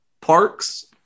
Parks